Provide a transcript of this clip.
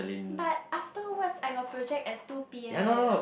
but afterwards I got project at two P_M